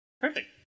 Perfect